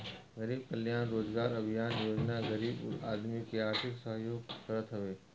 गरीब कल्याण रोजगार अभियान योजना गरीब आदमी के आर्थिक सहयोग करत हवे